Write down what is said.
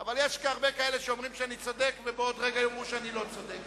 אבל יש הרבה כאלה שאומרים שאני צודק ובעוד רגע יאמרו שאני לא צודק.